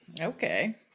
Okay